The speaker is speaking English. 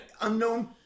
unknown